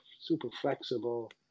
super-flexible